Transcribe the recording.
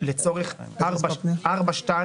אנחנו מצביעים על פנייה תקציבית של משרד השיכון,